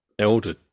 elder